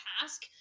task